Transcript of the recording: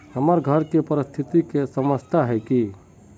हमर घर के परिस्थिति के समझता है की?